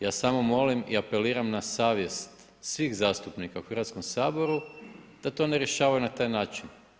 Ja samo molim i apeliram na savjest svih zastupnika u Hrvatskom saboru, da to ne rješavaju na taj način.